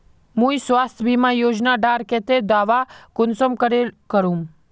मुई स्वास्थ्य बीमा योजना डार केते दावा कुंसम करे करूम?